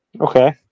Okay